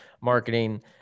marketing